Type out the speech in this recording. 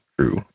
true